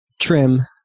trim